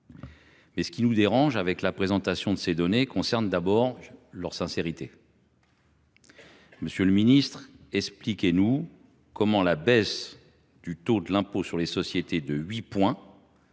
mais ce qui nous dérange dans la présentation de ces données tient d’abord à leur sincérité. Monsieur le ministre, expliquez nous comment la baisse du taux de l’impôt sur les sociétés de 8 points,